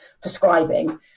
prescribing